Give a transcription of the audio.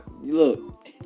Look